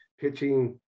Pitching